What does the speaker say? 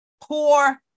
poor